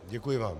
Děkuji vám.